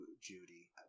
Judy